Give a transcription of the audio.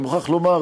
אני מוכרח לומר,